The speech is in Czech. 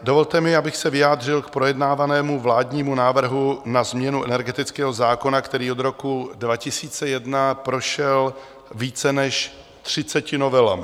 Dovolte mi, abych se vyjádřil k projednávanému vládnímu návrhu na změnu energetického zákona, který od roku 2001 prošel více než třiceti novelami.